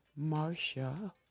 Marsha